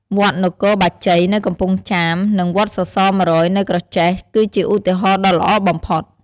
វត្តនគរបាជ័យនៅកំពង់ចាម និងវត្តសសរ ១០០ នៅក្រចេះ គឺជាឧទាហរណ៍ដ៏ល្អបំផុត។